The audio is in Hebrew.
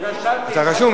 אתה רשום.